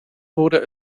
wurde